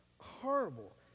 horrible